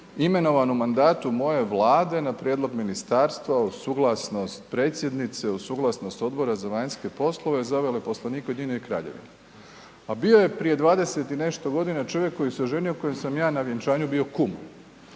imenovan u mandatu moje Vlade na prijedlog ministarstva uz suglasnost predsjednice, uz suglasnost Odbora za vanjske poslove za veleposlanika u UK, a bio je prije 20 i nešto godina čovjek koji se oženio kojem sam ja na vjenčanju bio kum.